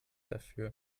dafür